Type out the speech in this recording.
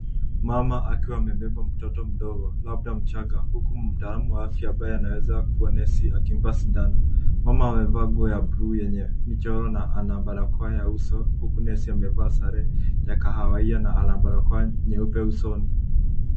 Mama akiwa amebeba mtoto mdogo, labda mchanga, huku mtaalamu wa afya ambaye anaweza kuwa nesi akimpa sindano. Mama amevaa nguo ya blue yenye michoro na ana barakoa ya uso huku nesi amevaa sare ya kahawia na ana barakoa nyeupe usoni.